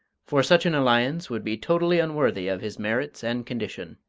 for such an alliance would be totally unworthy of his merits and condition.